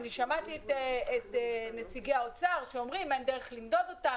אני שמעתי את נציגי האוצר שאומרים שאין דרך למדוד אותם,